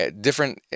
Different